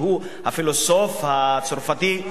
שהוא הפילוסוף הצרפתי,